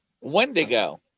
wendigo